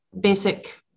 basic